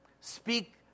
Speak